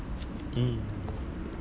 um